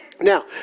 Now